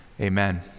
Amen